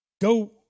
Go